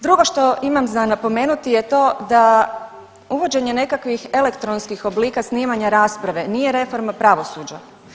Drugo što imam za napomenuti je to da uvođenje nekakvih elektronskih oblika snimanja rasprave nije reforma pravosuđa.